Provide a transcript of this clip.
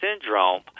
Syndrome